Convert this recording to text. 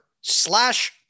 slash